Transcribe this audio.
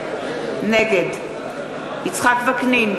נגד יצחק וקנין,